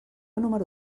número